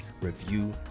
review